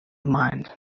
mind